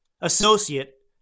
associate